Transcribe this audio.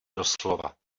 doslova